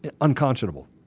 unconscionable